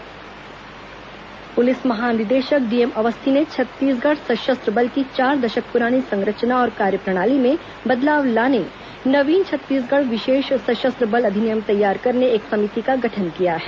विशेष सशस्त्र बल समिति पुलिस महानिदेशक डीएम अवस्थी ने छत्तीसगढ़ सशस्त्र बल की चार दशक पुरानी संरचना और कार्यप्रणाली में बदलाव लाने नवीन छत्तीसगढ़ विशेष सशस्त्र बल अधिनियम तैयार करने एक समिति का गठन किया है